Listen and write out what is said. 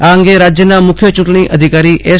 આ અંગે રાજ્યના મુખ્ય ચૂંટણી અધિકારી એસ